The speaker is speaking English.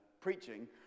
preaching